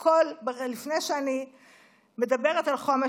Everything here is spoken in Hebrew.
לפני שאני מדברת על חומש,